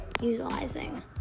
utilizing